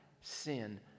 sin